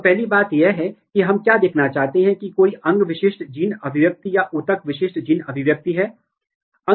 यह protein protein interaction या DNA protein interaction का अध्ययन करने का तरीका है और यह समझना बहुत महत्वपूर्ण है कि प्रतिलेखन कारक का मैकेनिज्म क्या है